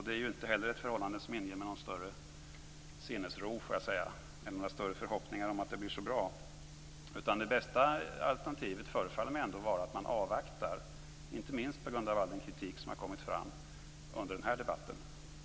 Det är ju inte ett förhållande som inger mig några större förhoppningar om att resultatet blir så bra. Det bästa alternativet förefaller mig ändå vara att man avvaktar, inte minst med tanke på all den kritik som har förts fram under den här debatten.